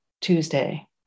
Tuesday